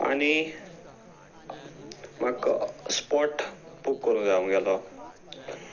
आनी म्हाका spot book करूंक जाय मुगेलो